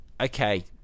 Okay